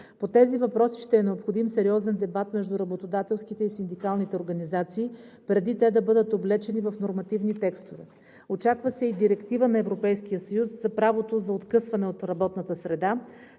По тези въпроси ще е необходим сериозен дебат между работодателските и синдикалните организации, преди те да бъдат облечени в нормативни текстове, очаква се и директива на Европейския съюз за правото за откъсване от работната среда.